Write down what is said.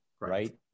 right